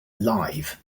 live